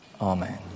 Amen